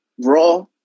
raw